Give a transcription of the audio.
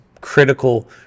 critical